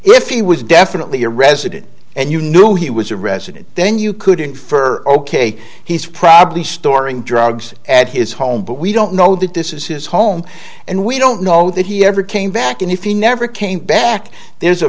if he was definitely a resident and you knew he was a resident then you could infer ok he's probably storing drugs at his home but we don't know that this is his home and we don't know that he ever came back and if he never came back there's a